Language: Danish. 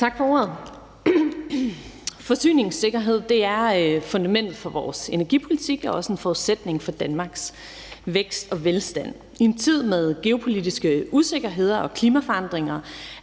Tak for ordet. Forsyningssikkerhed er fundamentet for vores energipolitik, og det er også en forudsætning for Danmarks vækst og velstand. I en tid med geopolitiske usikkerheder og klimaforandringer